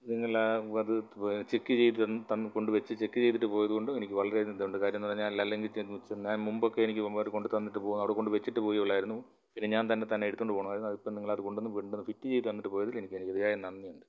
നിങ്ങളാ അത് ചെക്ക് ചെയ്തുതന്ന് കൊണ്ട് വെച്ച് ചെക്ക് ചെയ്തിട്ട് പോയതുകൊണ്ട് എനിക്ക് വളരെയധികം ഇതുണ്ട് കാര്യം എന്ന് പറഞ്ഞാൽ അല്ലെങ്കിൽ ഞാൻ മുമ്പൊക്കെ എനിക്ക് ഇവന്മാർ കൊണ്ട് തന്നിട്ട് പോവും അവിടെ കൊണ്ട് വെച്ചിട്ട് പോവുകയേ ഉള്ളായിരുന്നു പിന്നെ ഞാൻ തന്നെത്താനെ എടുത്തുകൊണ്ട് പോവണമായിരുന്നു അതിപ്പം നിങ്ങൾ അത് കൊണ്ടുവന്ന് ഫിറ്റ് ചെയ്തിട്ട് അങ്ങ് പോയതിൽ എനിക്ക് അതിയായ നന്ദിയുണ്ട്